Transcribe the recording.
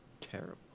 terrible